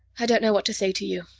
i don't know what to say to you.